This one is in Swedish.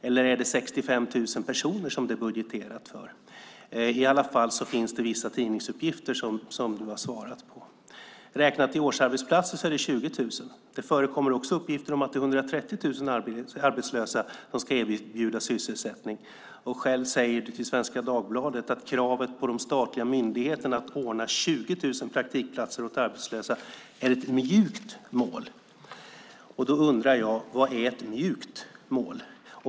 Eller är det 65 000 personer som det är budgeterat för? I alla fall finns det vissa tidningsuppgifter som du, Sven Otto Littorin, har svarat på. Räknat i antal årsarbetsplatser är det 20 000. Det förekommer också uppgifter om att det är 130 000 arbetslösa som ska erbjudas sysselsättning. Själv säger du till Svenska Dagbladet att kravet på de statliga myndigheterna att ordna 20 000 praktikplatser åt arbetslösa är ett mjukt mål. Vad är ett "mjukt mål"?